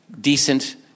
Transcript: decent